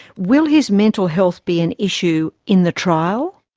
will his mental health be an issue in the trial?